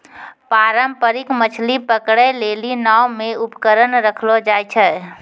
पारंपरिक मछली पकड़ै लेली नांव मे उपकरण रखलो जाय छै